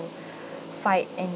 fight and